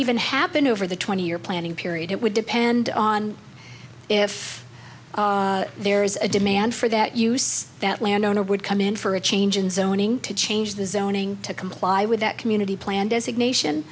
even happen over the twenty year planning period it would depend on if there is a demand for that use that landowner would come in for a change in zoning to change the zoning to comply with that community plan designation